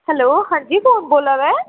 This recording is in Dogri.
हैलो हां जी कु'न बोल्ला दा ऐ